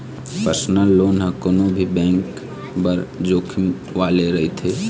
personal loan ह कोनो भी बेंक बर जोखिम वाले रहिथे